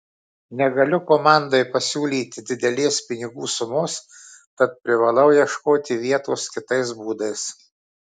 negaliu komandai pasiūlyti didelės pinigų sumos tad privalau ieškoti vietos kitais būdais